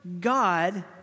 God